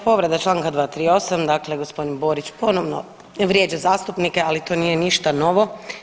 Povreda članak 238., dakle gospodin Borić ponovno ne vrijeđa zastupnike ali to nije ništa novo.